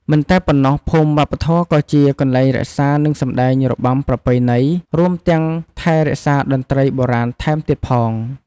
មិនតែប៉ុណ្ណោះភូមិវប្បធម៌ក៏ជាកន្លែងរក្សានិងសម្តែងរបាំប្រពៃណី រួមទាំងថែរក្សាតន្រ្តីបុរាណថែមទៀតផង។